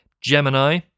Gemini